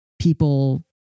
people